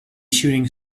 shooting